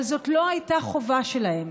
אבל זאת לא הייתה חובה שלהם,